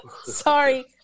Sorry